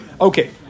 Okay